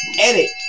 Edit